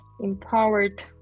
empowered